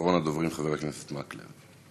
אחרון הדוברים, חבר הכנסת מקלב.